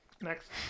Next